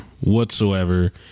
whatsoever